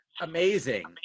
amazing